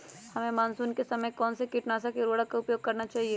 हमें मानसून के समय कौन से किटनाशक या उर्वरक का उपयोग करना चाहिए?